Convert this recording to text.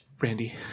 Randy